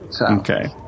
Okay